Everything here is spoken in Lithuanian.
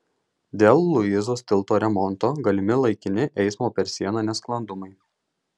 dėl luizos tilto remonto galimi laikini eismo per sieną nesklandumai